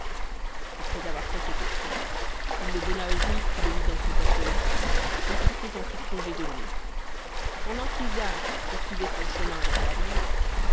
après avoir fait cet écrit il le donna au juif qui le mit dans son porte lettres et qui prit ensuite congé de lui pendant qu'isaac poursuivait son chemin vers la ville